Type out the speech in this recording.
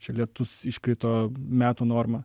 čia lietus iškrito metų norma